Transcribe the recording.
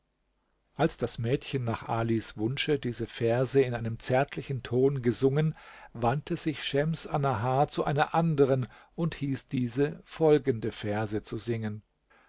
als das mädchen nach ali's wunsche diese verse in einem zärtlichen ton gesungen wandte sich schems annahar zu einer anderen und hieß diese folgende verse singen